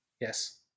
Yes